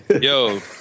Yo